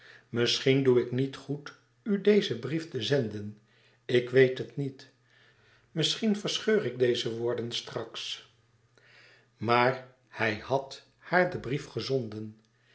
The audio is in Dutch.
misschien doe ik niet goed u dezen briefte zenden ik weet het niet misschien verscheur ik deze woorden straks louis couperus extaze een boek van geluk maar hij hàd haar den brief gezonden